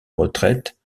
retraite